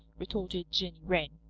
retorted jenny wren.